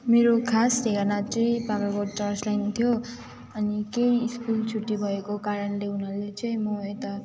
मेरो खास ठेगाना चाहिँ बाग्राकोट चर्च लाइन थियो अनि त्यही स्कुल छुट्टी भएको कारणले उनीहरूले चाहिँ म यता